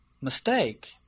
mistake